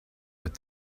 with